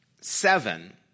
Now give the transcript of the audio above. seven